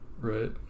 right